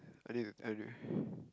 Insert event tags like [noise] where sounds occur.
I need to i need to [breath]